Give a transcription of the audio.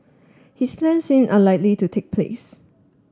his plans seem unlikely to take place